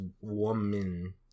Woman